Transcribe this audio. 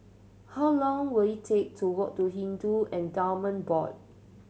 how long will it take to walk to Hindu Endowment Board